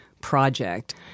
project